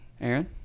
Aaron